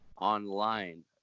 online